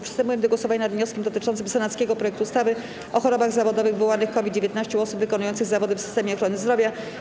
Przystępujemy do głosowania nad wnioskiem dotyczącym senackiego projektu ustawy o chorobach zawodowych wywołanych COVID-19 u osób wykonujących zawody w systemie ochrony zdrowia.